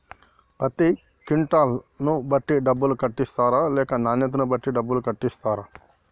పత్తి క్వింటాల్ ను బట్టి డబ్బులు కట్టిస్తరా లేక నాణ్యతను బట్టి డబ్బులు కట్టిస్తారా?